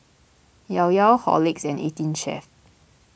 Llao Llao Horlicks and eighteen Chef